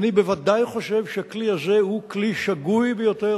אני בוודאי חושב שהכלי הזה הוא שגוי ביותר.